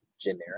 generic